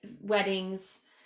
weddings